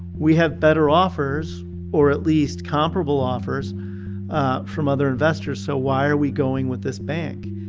we have better offers or, at least, comparable offers from other investors. so why are we going with this bank?